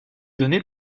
donné